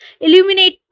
illuminate